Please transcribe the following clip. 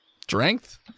Strength